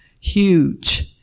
Huge